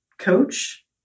coach